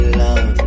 love